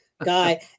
Guy